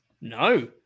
no